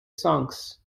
songs